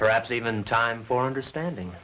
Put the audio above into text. perhaps even time for understanding